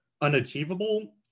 unachievable